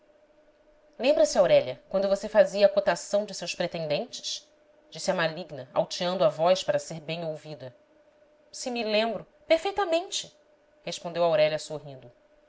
lembra-se aurélia quando você fazia a cotação de seus pretendentes disse a maligna alteando a voz para ser bem ouvida se me lembro perfeitamente respondeu aurélia sor rindo